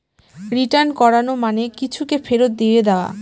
return করানো মানে কিছুকে ফেরত দিয়ে দেওয়া